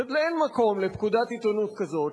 שאין מקום לפקודת עיתונות כזאת,